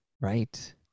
Right